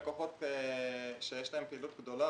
לקוחות שיש להם פעילות גדולה.